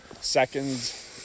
seconds